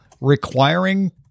requiring